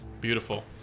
Beautiful